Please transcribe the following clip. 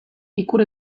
ikur